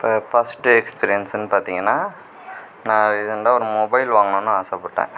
இப்போ பாசிட்டிவ் எக்ஸ்பீரியன்ஸுன்னு பார்த்திங்கன்னா நான் ரீசென்டாக ஒரு மொபைல் வாங்கணுன்னு ஆசைப்பட்டேன்